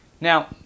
Now